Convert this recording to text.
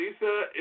Lisa